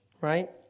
right